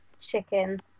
chicken